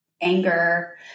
anger